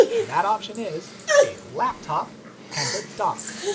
and that option is a laptop and a dock.